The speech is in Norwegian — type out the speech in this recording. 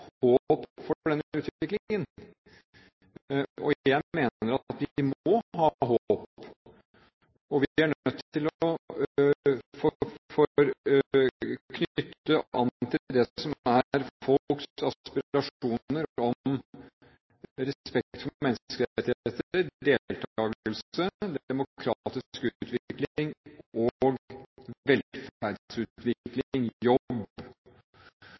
at vi må ha håp. Vi er nødt til å knytte an til det som er folks aspirasjoner – respekt for menneskerettigheter, deltakelse, demokratisk utvikling,